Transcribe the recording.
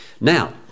Now